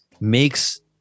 makes